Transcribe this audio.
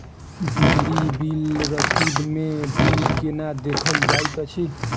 बिजली बिल रसीद मे बिल केना देखल जाइत अछि?